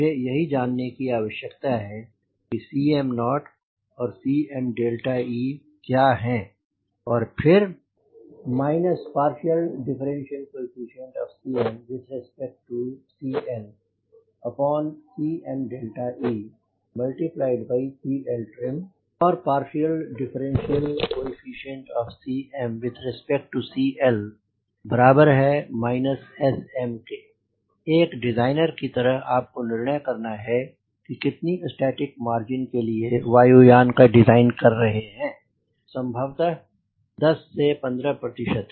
मुझे यही जानने की आवश्यकता है कि Cm0 और Cme क्या हैं और फिर CmCLCmeCLtrim और CmCL SM एक डिज़ाइनर की तरह आपको निर्णय करना है कि कितनी स्टैटिक मार्जिन के लिए वायुयान का डिज़ाइन कर रहे हैं संभवतः 10 15 प्रतिशत